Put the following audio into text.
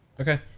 Okay